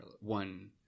one